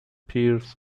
peers